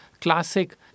classic